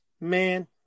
Man